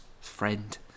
friend